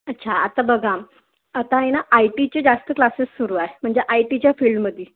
अच्छा आता बघा आता आहे ना आय टीचे जास्त क्लासेस सुरू आहे म्हणजे आय टीच्या फील्डमध्ये